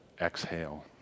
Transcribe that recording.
exhale